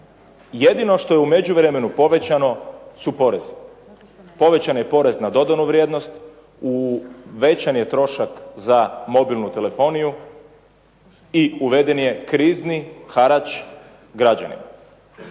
Jedino što je u međuvremenu povećano su porezi. Povećan je porez na dodanu vrijednost, uvećan je trošak za mobilnu telefoniju i uveden je krizni harač građanima.